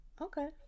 Okay